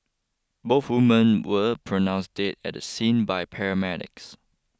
both women were pronounced dead at the scene by paramedics